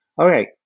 okay